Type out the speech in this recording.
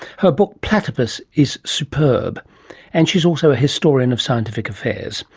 her book platypus is superb and she's also a historian of scientific affairs.